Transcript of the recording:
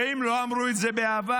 ואם לא אמרו את זה בעבר,